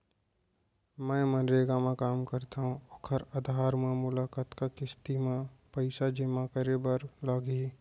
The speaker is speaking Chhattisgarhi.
मैं मनरेगा म काम करथो, ओखर आधार म मोला कतना किस्ती म पइसा जेमा करे बर लागही?